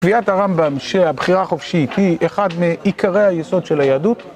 קביעת הרמב״ם שהבחירה החופשית היא אחד מעיקרי היסוד של היהדות.